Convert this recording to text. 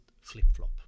flip-flop